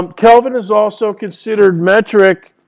um kelvin is also considered metric,